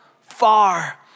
far